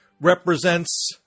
represents